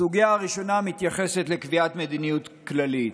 סוגיה ראשונה מתייחסת לקביעת מדיניות כללית.